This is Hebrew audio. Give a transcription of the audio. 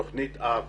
תוכנית אב